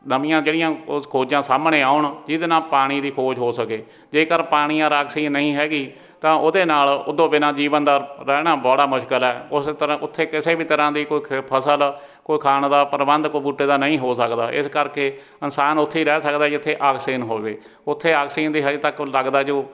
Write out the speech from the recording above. ਨਵੀਆਂ ਜਿਹੜੀਆਂ ਉਸ ਖੋਜਾਂ ਸਾਹਮਣੇ ਆਉਣ ਜਿਹਦੇ ਨਾਲ ਪਾਣੀ ਦੀ ਖੋਜ ਹੋ ਸਕੇ ਜੇਕਰ ਪਾਣੀ ਔਰ ਆਕਸੀਜਨ ਨਹੀਂ ਹੈਗੀ ਤਾਂ ਉਹਦੇ ਨਾਲ ਉਹ ਤੋਂ ਬਿਨਾਂ ਜੀਵਨ ਦਾ ਰਹਿਣਾ ਬੜਾ ਮੁਸ਼ਕਲ ਹੈ ਉਸੇ ਤਰ੍ਹਾਂ ਉੱਥੇ ਕਿਸੇ ਵੀ ਤਰ੍ਹਾਂ ਦੀ ਕੋਈ ਖ ਫਸਲ ਕੋਈ ਖਾਣ ਦਾ ਪ੍ਰਬੰਧ ਕੋਈ ਬੂਟੇ ਦਾ ਨਹੀਂ ਹੋ ਸਕਦਾ ਇਸ ਕਰਕੇ ਇਨਸਾਨ ਉੱਥੇ ਹੀ ਰਹਿ ਸਕਦਾ ਜਿੱਥੇ ਆਕਸੀਜਨ ਹੋਵੇ ਉੱਥੇ ਆਕਸੀਜਨ ਦੀ ਅਜੇ ਤੱਕ ਲੱਗਦਾ ਜੋ